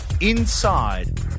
inside